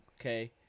Okay